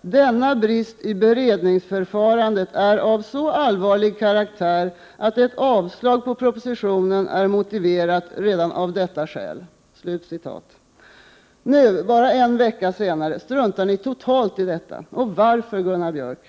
”Denna brist i beredningsförfarandet är av så allvarlig karaktär att ett avslag på propositionen är motiverat redan av detta skäl.” Nu, bara en vecka senare, struntar centern totalt i detta. Varför, Gunnar Björk?